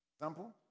Example